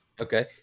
Okay